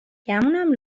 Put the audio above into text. گمونم